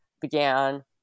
began